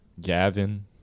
Gavin